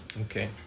Okay